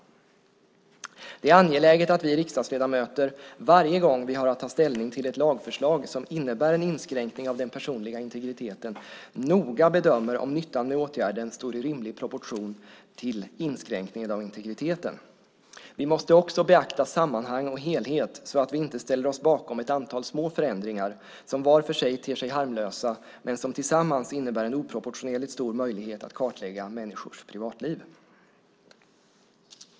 Det är angeläget att vi riksdagsledamöter varje gång vi har att ta ställning till ett lagförslag som innebär en inskränkning av den personliga integriteten noga bedömer om nyttan med åtgärden står i rimlig proportion till inskränkningen av integriteten. Vi måste också beakta sammanhang och helhet så att vi inte ställer oss bakom ett antal små förändringar som var för sig ter sig harmlösa men som tillsammans innebär en oproportionerligt stor möjlighet att kartlägga människors privatliv.